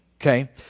okay